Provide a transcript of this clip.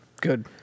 Good